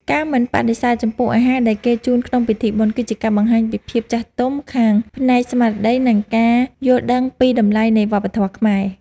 ការមិនបដិសេធចំពោះអាហារដែលគេជូនក្នុងពិធីបុណ្យ គឺជាការបង្ហាញពីភាពចាស់ទុំខាងផ្នែកស្មារតី និងការយល់ដឹងពីតម្លៃនៃវប្បធម៌ខ្មែរ។